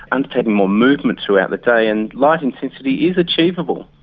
undertaking more movement throughout the day and light intensity is achievable.